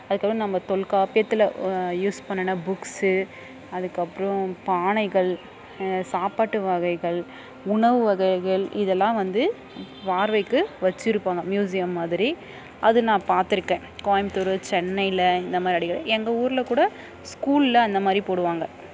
அதுக்கப்புறோம் நம்ம தொல்காப்பியத்தில் யூஸ் பண்ணுன புக்ஸு அதுக்கப்புறோம் பானைகள் சாப்பாட்டு வகைகள் உணவு வகைகள் இதெல்லாம் வந்து பார்வைக்கு வச்சுருப்பாங்க மியூசியம் மாதிரி அது நான் பார்த்துருக்கேன் கோயபுத்தூரு சென்னையில் இந்தமாதிரி அடிக்கடி எங்கள் ஊரில் கூட ஸ்கூலில் அந்தமாதிரி போடுவாங்க